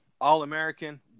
All-American